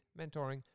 mentoring